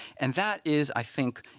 and that is, i think,